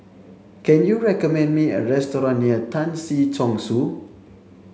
can you recommend me a restaurant near Tan Si Chong Su